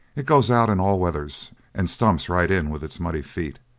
it goes out in all weathers and stumps right in with its muddy feet.